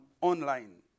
online